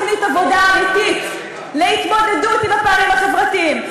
תקציב שמגיע בלי תוכנית עבודה אמיתית להתמודדות עם הפערים החברתיים,